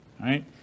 right